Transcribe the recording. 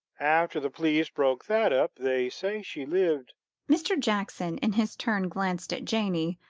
after the police broke that up, they say she lived mr. jackson in his turn glanced at janey,